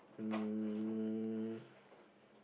um